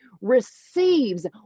receives